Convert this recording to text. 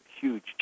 huge